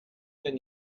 denn